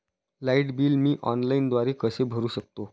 Light bill मी ऑनलाईनद्वारे कसे भरु शकतो?